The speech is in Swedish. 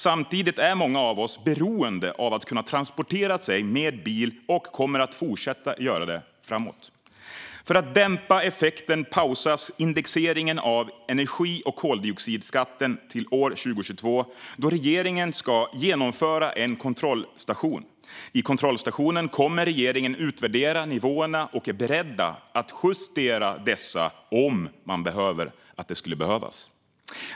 Samtidigt är många av oss beroende av att kunna transportera sig med bil och kommer att fortsätta göra det även framåt. För att dämpa effekten pausas indexeringen av energi och koldioxidskatten till 2022, då regeringen ska genomföra en kontrollstation. I kontrollstationen kommer regeringen att utvärdera nivåerna och är beredd att justera dessa om man bedömer att det behövs.